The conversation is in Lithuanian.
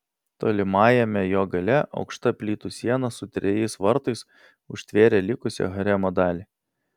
tolimajame jo gale aukšta plytų siena su trejais vartais užtvėrė likusią haremo dalį